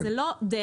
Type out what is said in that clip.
זאת לא דרך.